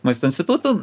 maisto institutu